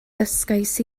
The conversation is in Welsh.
dysgais